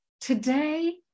Today